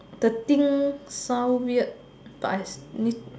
the thing sound weird but I s~ need